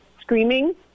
screaming